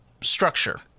structure